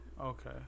Okay